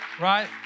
right